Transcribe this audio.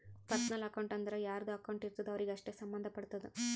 personal account ಅಂದುರ್ ಯಾರ್ದು account ಇರ್ತುದ್ ಅವ್ರಿಗೆ ಅಷ್ಟೇ ಸಂಭಂದ್ ಪಡ್ತುದ